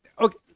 Okay